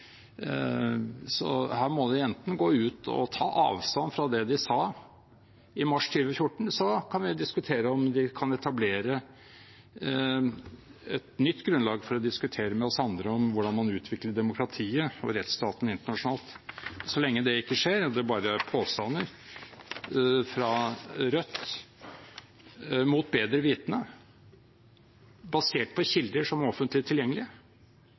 så her må de gå ut og ta avstand fra det de sa i 2014, så kan vi diskutere om de kan etablere et nytt grunnlag for å diskutere med oss andre om hvordan man utvikler demokratiet og rettsstaten internasjonalt. Så lenge det ikke skjer og det bare er påstander fra Rødt, mot bedre vitende, basert på kilder som er offentlig tilgjengelige,